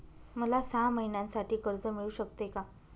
मला सहा महिन्यांसाठी कर्ज मिळू शकते का?